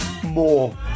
more